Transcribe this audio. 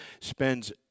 spends